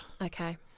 Okay